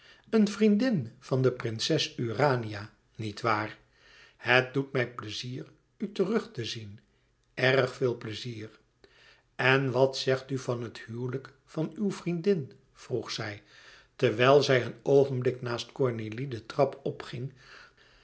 een vriendin van de prinses urania niet waar het doet mij pleizier u terug te zien erg veel pleizier en wat zegt u van het huwelijk van uw vriendin vroeg zij terwijl zij een oogenblik naast cornélie de trap opging